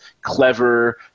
clever